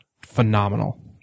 phenomenal